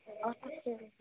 अपसरतु